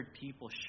people